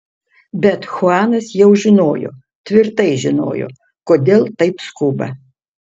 bet chuanas jau žinojo tvirtai žinojo kodėl taip skuba